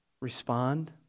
Respond